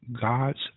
God's